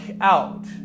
out